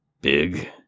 Big